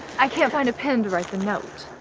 i can't find a pen to write the note.